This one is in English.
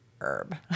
herb